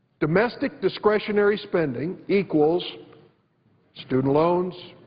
domestic discretionary spending equals student loans,